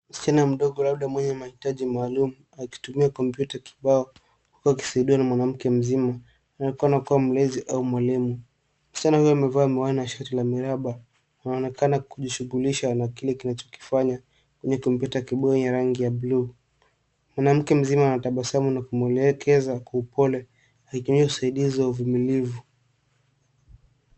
Msichana mdogo labda mwenye mahitaji maalum, akitumia kompyuta kibao huku akisaidiwa na mwanamke mzima, anaonekana kuwa mlezi au mwalimu. Msichana huyo amevaa miwani na shati la miraba, anaonekana kujishughulisha na kile kinachokifanya kwenye kompyuta kibao yenye rangi ya buluu. Mwanamke mzima anatabasamu anapomwelekeza kwa upole akitoa usaidizi wa uvumilivu.